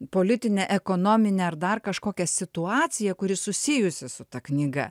politinę ekonominę ar dar kažkokią situaciją kuri susijusi su ta knyga